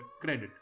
credit